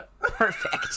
Perfect